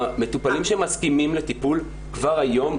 מטופלים במסכימים לטיפול כבר היום,